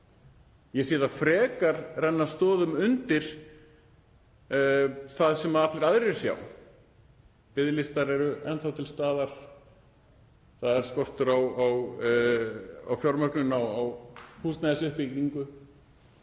Ég sé þær frekar renna stoðum undir það sem allir aðrir sjá. Biðlistar eru enn þá til staðar. Það er skortur á fjármögnun á húsnæðisuppbyggingu.